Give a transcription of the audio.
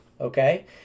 Okay